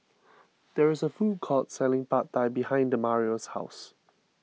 there is a food court selling Pad Thai behind Demario's house